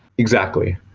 exactly.